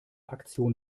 aktion